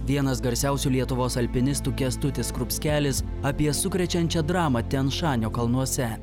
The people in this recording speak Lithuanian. vienas garsiausių lietuvos alpinistų kęstutis skrupskelis apie sukrečiančią dramą tian šanio kalnuose